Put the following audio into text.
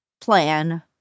plan